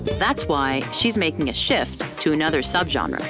that's why she's making a shift to another subgenre.